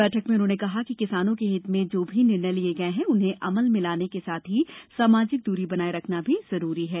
बैठक में उन्होंने कहा कि किसानों के हित में जो भी निर्णय लिये गये हैं उन्हें अमल में लाने के साथ ही सामाजिक दूरी बनाये रखना भी जरूरी है